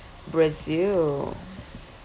brazil